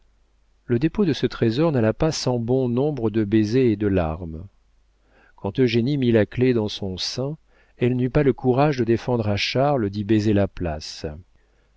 le dépôt de ce trésor n'alla pas sans bon nombre de baisers et de larmes quand eugénie mit la clef dans son sein elle n'eut pas le courage de défendre à charles d'y baiser la place